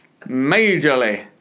majorly